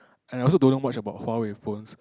and I also don't know much about Huawei phones